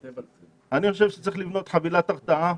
לכן אני חושב שצריך לבנות חבילת הרתעה,